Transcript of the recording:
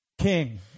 king